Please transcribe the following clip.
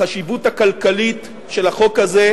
החשיבות הכלכלית של החוק הזה